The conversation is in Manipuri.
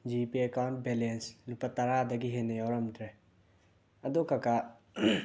ꯖꯤꯄꯦ ꯑꯦꯀꯥꯎꯟ ꯕꯦꯂꯦꯟꯁ ꯂꯨꯄꯥ ꯇꯔꯥꯗꯒꯤ ꯍꯦꯟꯅ ꯌꯥꯎꯔꯝꯗ꯭ꯔꯦ ꯑꯗꯣ ꯀꯀꯥ